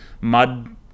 mud